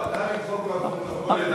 נא למחוק מהפרוטוקול את המילה "בוז".